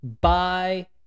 bye-